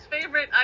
favorite